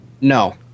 No